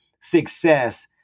success